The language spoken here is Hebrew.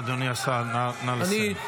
אדוני השר, נא לסיים.